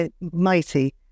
Mighty